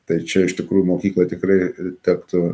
tai ir čia iš tikrųjų mokyklai tikrai tektų